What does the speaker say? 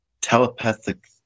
telepathic